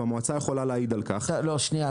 והמועצה יכולה להעיד על כך --- שנייה,